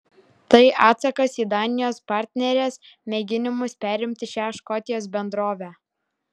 tai atsakas į danijos partnerės mėginimus perimti šią škotijos bendrovę